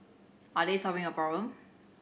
are they solving a problem